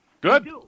Good